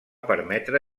permetre